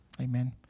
amen